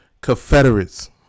Confederates